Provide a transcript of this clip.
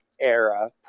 era